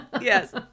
Yes